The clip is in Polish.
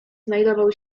znajdował